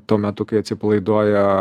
tuo metu kai atsipalaiduoja